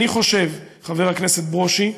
חבר הכנסת ברושי,